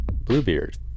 Bluebeard